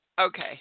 okay